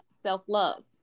self-love